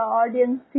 audience